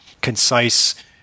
concise